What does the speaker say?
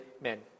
men